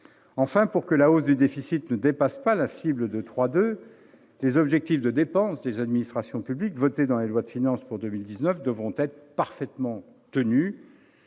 Enfin, pour que la hausse du déficit ne dépasse pas la cible de 3,2 points de PIB, les objectifs de dépense des administrations publiques votés dans les lois de finances pour 2019 devront être parfaitement tenus,